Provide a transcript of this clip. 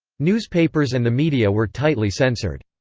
newspapers and the media were tightly censored.